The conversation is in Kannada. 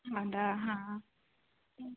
ಹೌದಾ ಹಾಂ ಹ್ಞೂ